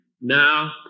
Now